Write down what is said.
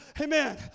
Amen